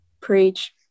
preach